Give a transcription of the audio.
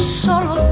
solo